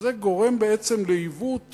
ובזה גורם בעצם לעיוות